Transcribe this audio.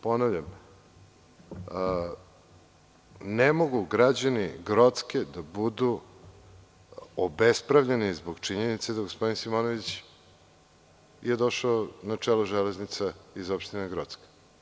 Ponavljam, ne mogu građani Grocke da budu obespravljeni zbog činjenice da gospodin Simonović je došao na čelo „Železnica“ iz opštine Grocka.